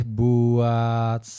buat